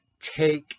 take